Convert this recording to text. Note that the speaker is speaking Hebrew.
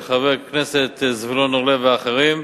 של חבר הכנסת זבולון אורלב ואחרים.